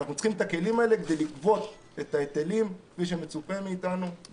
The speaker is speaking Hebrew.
ואנחנו צריכים את הכלים האלה כדי לקבוע את היטלים כפי שמצופה מאתנו.